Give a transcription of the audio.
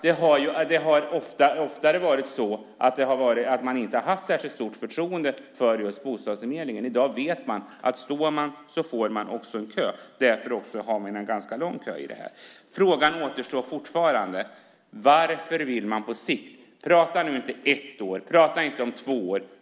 Det har oftare varit så att man inte har haft särskilt stort förtroende för bostadsförmedlingen. I dag vet man att står man i kö så får man också en bostad. Därför har man också en ganska lång kö. Frågan återstår fortfarande: Varför vill man inte stimulera byggande på sikt? Prata nu inte om ett år. Prata inte om två år.